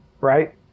right